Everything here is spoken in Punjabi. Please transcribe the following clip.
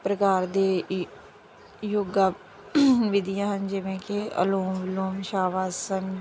ਪ੍ਰਕਾਰ ਦੇ ਈ ਯੋਗਾ ਵਿਧੀਆਂ ਜਿਵੇਂ ਕਿ ਅਲੋਮ ਵਿਲੋਮ ਸ਼ਵ ਆਸਣ